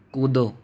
कूदो